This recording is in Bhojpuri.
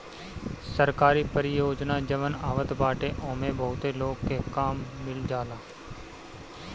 सरकारी परियोजना जवन आवत बाटे ओमे बहुते लोग के काम मिल जाला